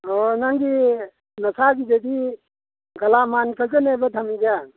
ꯑꯣ ꯅꯪꯒꯤ ꯅꯁꯥꯒꯤꯗꯗꯤ ꯒꯂꯥꯃꯥꯟꯈꯛꯇꯅꯦꯕ ꯊꯝꯃꯤꯁꯦ